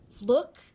look